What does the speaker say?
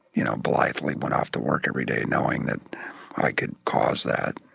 you know, blithely went off to work every day knowing that i could cause that.